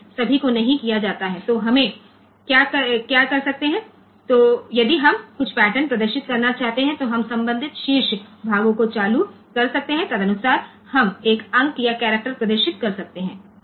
તેથી આપણે શું કરી શકીએ કે જો આપણે અમુક પેટર્ન દર્શાવવા માંગતા હોઈએ તો આપણે તેના અનુરૂપ ટોચના ભાગોને ચાલુ કરી શકીએ છીએ અને તે મુજબ આપણે એક અંક અથવા કેરેક્ટર પ્રદર્શિત કરી શકીએ છીએ